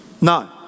No